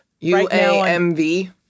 UAMV